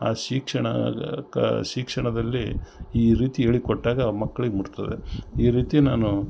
ಆ ಶಿಕ್ಷಣಕ್ಕೆ ಶಿಕ್ಷಣದಲ್ಲಿ ಈ ರೀತಿ ಹೇಳಿ ಕೊಟ್ಟಾಗ ಆ ಮಕ್ಳಿಗೆ ಮುಟ್ತದೆ ಈ ರೀತಿ ನಾನು